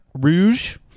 rouge